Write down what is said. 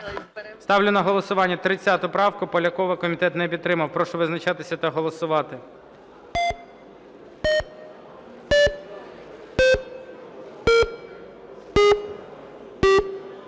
Ставлю на голосування 30 правку Полякова. Комітет не підтримав. Прошу визначатися та голосувати.